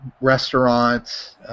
restaurants